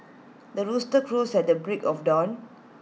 the rooster crows at the break of dawn